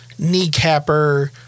Kneecapper